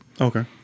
Okay